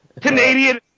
Canadian